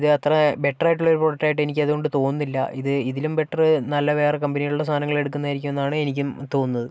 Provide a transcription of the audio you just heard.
ഇത് അത്ര ബെറ്ററായിട്ടുള്ള ഒരു പ്രോഡക്ടയിട്ടെനിക്ക് അതുകൊണ്ട് തോന്നുന്നില്ല ഇത് ഇതിലും ബെറ്ററ് നല്ല വേറെ കമ്പനികളുടെ സാധനങ്ങളെടുക്കുന്നെയായിരിക്കുന്നാണ് എനിക്കും തോന്നുന്നത്